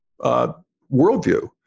worldview